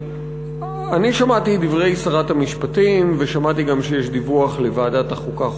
אני שמעתי את דברי שרת המשפטים ושמעתי גם שיש דיווח לוועדת החוקה,